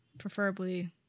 preferably